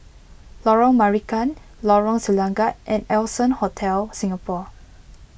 Lorong Marican Lorong Selangat and Allson Hotel Singapore